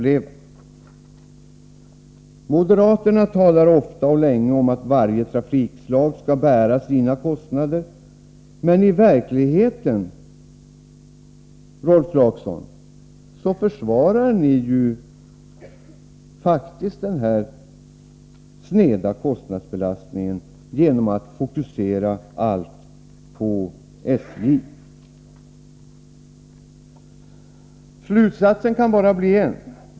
Moderaterna talar ofta och länge om att varje trafikslag skall bära sina kostnader, men i verkligheten, Rolf Clarkson, försvarar ni ju faktiskt den sneda kostnadsbelastningen genom att fokusera allt på SJ. Slutsatsen kan bara bli en.